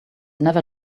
never